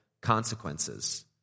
consequences